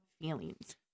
feelings